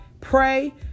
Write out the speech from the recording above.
pray